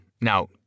Now